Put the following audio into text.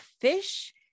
fish